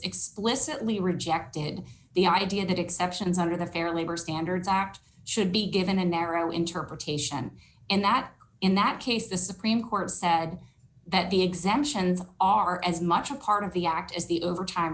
explicitly rejected the idea that exceptions under the fair labor standards act should be given a narrow interpretation and that in that case the supreme court said that the exemptions are as much a part of the act as the overtime